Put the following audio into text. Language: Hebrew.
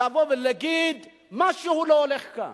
לבוא ולהגיד: משהו לא הולך כאן.